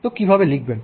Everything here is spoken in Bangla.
তো কীভাবে লিখবেন